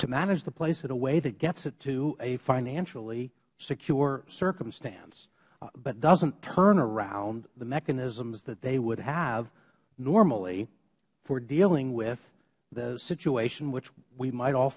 to manage the place in a way that gets it to a financially secure circumstances but doesnt turn around the mechanisms that they would have normally for dealing with the situation which we might all